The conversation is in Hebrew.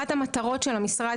אחת המטרות של המשרד,